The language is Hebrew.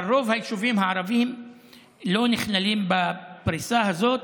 אבל רוב היישובים הערביים לא נכללים בפריסה הזאת,